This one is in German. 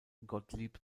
gottlieb